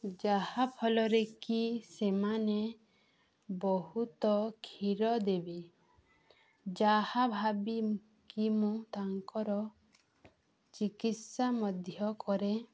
ଯାହାଫଳରେ କି ସେମାନେ ବହୁତ କ୍ଷୀର ଦେବେ ଯାହା ଭାବିକି ମୁଁ ତାଙ୍କର ଚିକିତ୍ସା ମଧ୍ୟ କରେ